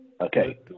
Okay